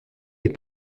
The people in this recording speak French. les